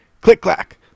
click-clack